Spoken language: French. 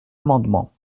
amendement